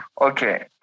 Okay